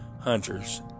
hunters